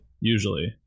usually